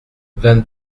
vingt